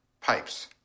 pipes